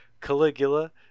Caligula